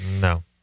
No